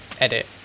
edit